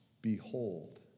Behold